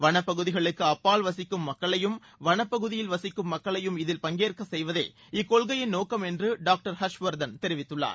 வனப்பகுதிகளுக்கு அப்பால் வசிக்கும் மக்களையும் வனப்பகுதியில் வசிக்கும் மக்களையும் இதில் பங்கேற்க செய்வதே இக்கொள்கையின் நோக்கம் என்று டாக்டர் ஹர்ஷ்வர்தன் தெரிவித்துள்ளார்